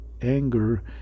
anger